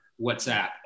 WhatsApp